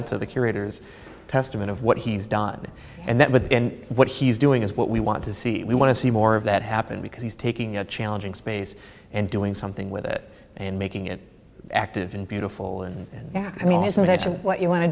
to the curators testament of what he's done and that with what he's doing is what we want to see we want to see more of that happen because he's taking a challenging space and doing something with it and making it active and beautiful and yeah i mean his intention what you want to